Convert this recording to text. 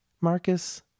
Marcus